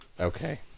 Okay